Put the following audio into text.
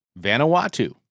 Vanuatu